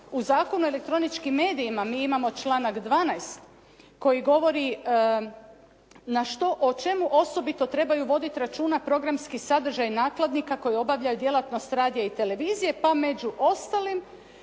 u Zakonu o elektroničkim medijima mi imamo članak 12. koji govori o čemu osobito trebaju voditi računa programski sadržaji nakladnika koji obavljaju djelatnost radija i televizije, pa među ostalim